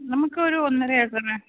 നമുക്കൊരു ഒന്നര ഏക്കർ